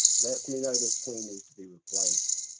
lets me know this queen needs to be replaced.